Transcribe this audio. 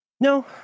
No